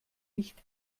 nicht